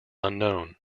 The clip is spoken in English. unknown